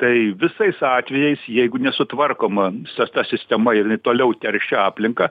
į tai visais atvejais jeigu nesutvarkoma so ta sistema ir jinai toliau teršia aplinką